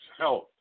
health